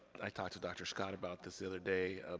i talked to dr. scott about this the other day.